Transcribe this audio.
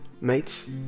mates